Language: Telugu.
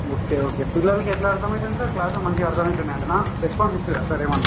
ఓకే ఓకే పిల్లలకి ఎలా అర్థమౌతోంది సార్ క్లాస్ బాగా అర్థమౌతోంది అంటన రెస్పాన్స్ ఇస్తారా సార్ ఏమైనా